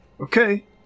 Okay